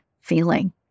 feeling